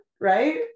right